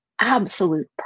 absolute